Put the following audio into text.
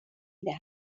dira